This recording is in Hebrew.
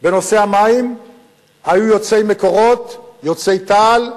בנושא המים היו יוצאי "מקורות", יוצאי תה"ל.